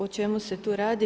O čemu se tu radi?